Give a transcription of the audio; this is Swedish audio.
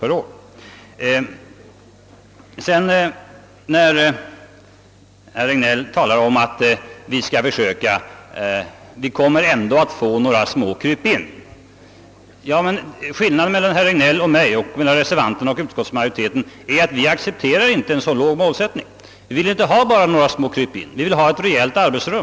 Herr Regnéll sade att vi ändå kommer att få några små krypin. Skillnaden mellan herr Regnéll och mig och mellan reservanterna och utskottsmajoriteten är att jag och övriga reservanter inte accepterar en sådan målsättning. Vi vill inte ha några små krypin, utan vi vill ha rejäla arbetsrum.